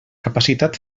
capacitat